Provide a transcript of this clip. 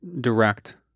direct